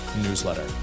newsletter